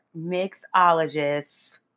mixologists